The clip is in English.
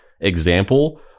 example